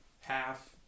half